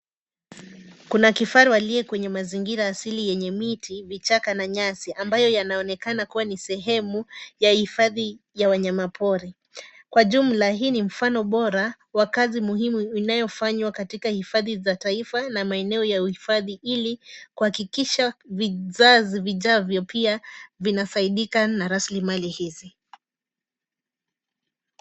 Kuna kifaru aliye kwenye mazingira asili yenye miti vichaka na nyasi ambayo yanaonekana kuwa ni sehemu ya hifadhi ya wanyama pori. Kwa jumla hii ni mfano bora, wa kazi muhimu unaofanywa katika hifadhi za taifa na maeneo ya uhifadhi ili kuhakikisha vizazi vijavyo pia vinasaidika na rasilimali hizi.